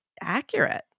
accurate